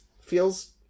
feels